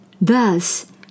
Thus